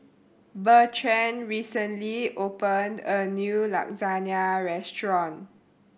Bertrand recently opened a new Lasagne Restaurant